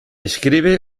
escribe